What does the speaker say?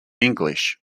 english